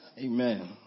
Amen